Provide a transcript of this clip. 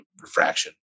refraction